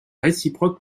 réciproque